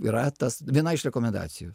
yra tas viena iš rekomendacijų